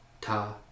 Ta